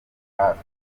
hafi